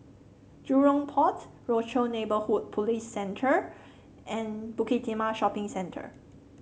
Jurong Port Rochor Neighborhood Police Centre and Bukit Timah Shopping Centre